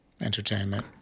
entertainment